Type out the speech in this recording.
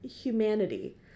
humanity